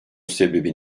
sebebi